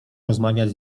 rozmawiać